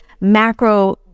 macro